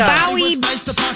Bowie